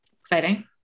Exciting